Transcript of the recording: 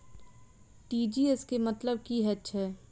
TGS केँ मतलब की हएत छै?